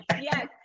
Yes